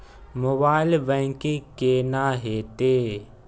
Mobile banking केना हेते?